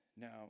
Now